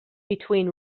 between